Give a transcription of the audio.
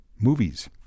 movies